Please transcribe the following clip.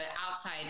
outside